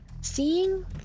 Seeing